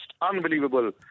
unbelievable